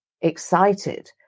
excited